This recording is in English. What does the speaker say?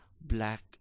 black